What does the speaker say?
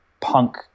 Punk